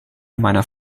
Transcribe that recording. meiner